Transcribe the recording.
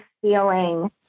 feeling